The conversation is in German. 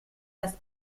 das